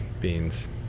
beans